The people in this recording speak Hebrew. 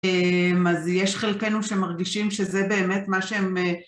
אז יש חלקנו שמרגישים שזה באמת מה שהם